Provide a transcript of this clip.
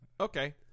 Okay